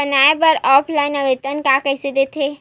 बनाये बर ऑफलाइन आवेदन का कइसे दे थे?